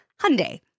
Hyundai